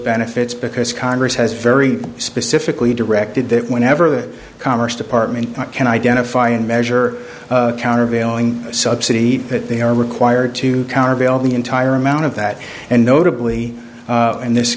benefits because congress has very specifically directed that whenever the commerce department can identify and measure countervailing subsidy that they are required to countervail the entire amount of that and notably and this